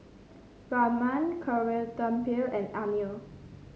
Raman and Anil